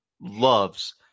loves